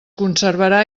conservarà